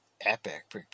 epic